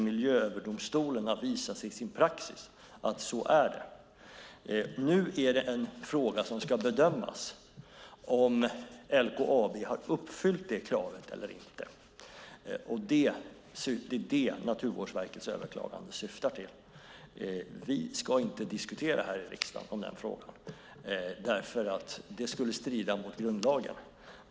Miljööverdomstolen har visat i sin praxis att det är så. Frågan som nu ska bedömas är om LKAB har uppfyllt det kravet eller inte. Det är det Naturvårdsverkets överklagande syftar till. Vi ska här i riksdagen inte diskutera den frågan; det skulle strida mot grundlagen.